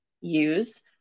use